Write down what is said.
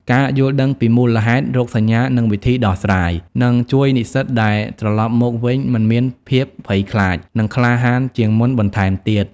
ការយល់ដឹងពីមូលហេតុ រោគសញ្ញា និងវិធីដោះស្រាយនឹងជួយនិស្សិតដែលត្រឡប់មកវិញមិនមានភាពភ័យខ្លាច និងក្លាហានជាងមុនបន្ថែមទៀត។